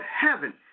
heaven